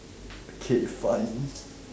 okay fine